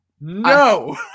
no